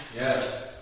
Yes